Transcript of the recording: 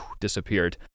disappeared